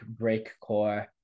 breakcore